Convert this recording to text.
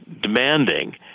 demanding